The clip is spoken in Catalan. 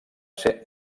ser